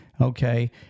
Okay